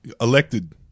elected